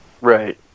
Right